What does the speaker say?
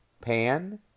pan